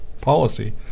policy